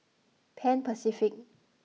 Pan Pacific